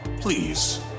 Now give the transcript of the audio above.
Please